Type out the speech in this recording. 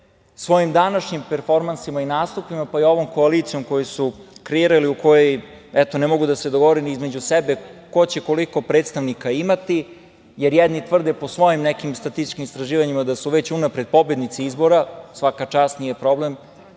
svojim današnjim performansima i nastupima, pa i ovom koalicijom koju su kreirali u kojoj, eto, ne mogu da se dogovore ni između sebe ko će koliko predstavnika imati, jer jedni tvrde po svojim nekim statističkim istraživanjima da su već unapred pobednici izbora. Svaka čast, nije problem,